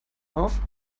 auf